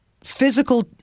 physical